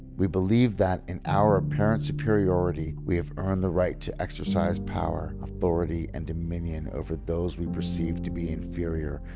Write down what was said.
we believe that, in our apparent superiority, we have earned the right to exercise power, authority and dominion over those we perceive to be inferior,